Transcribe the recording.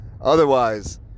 Otherwise